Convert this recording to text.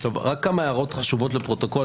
רק כמה הערות חשובות לפרוטוקול,